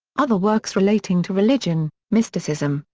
other works relating to religion, mysticism,